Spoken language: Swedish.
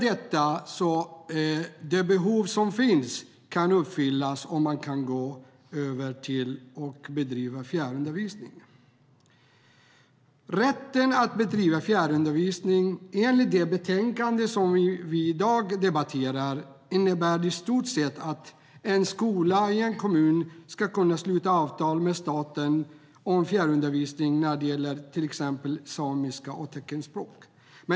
Det behov som finns kan då uppfyllas genom att gå över till fjärrundervisning. Rätten att bedriva fjärrundervisning, enligt det betänkande som vi debatterar, innebär i stort sett att en skola i en kommun ska kunna sluta avtal med staten om fjärrundervisning när det gäller till exempel samiska och teckenspråk.